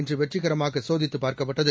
இன்று வெற்றிகரமாக சோதித்து பார்க்கப்பட்டது